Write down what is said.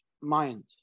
mind